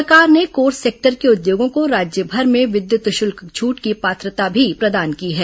सरकार ने core sector के उद्योगों को राज्यभर में विद्युत शुल्क छूट की पात्रता भी प्रदान की है